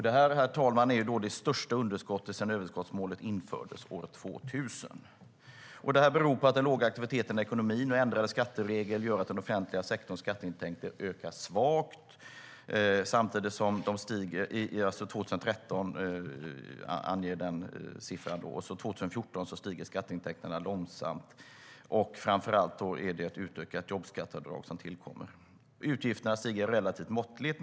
Detta är det största underskottet sedan överskottsmålet infördes år 2000. Det beror på att den låga aktiviteten i ekonomin och ändrade skatteregler gör att den offentliga sektorns skatteintäkter ökar svagt 2013. År 2014 stiger skatteintäkterna långsamt, då framför allt ett utökat jobbskatteavdrag tillkommer. Utgifterna stiger relativt måttligt.